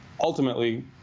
ultimately